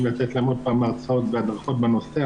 ולתת להם עוד פעם הרצאות והדרכות בנושא.